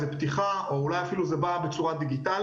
פתיחה או אולי אפילו זה בא בצורה דיגיטלית.